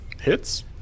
Hits